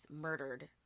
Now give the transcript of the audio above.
murdered